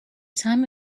time